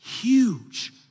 Huge